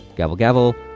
gavel, gavel,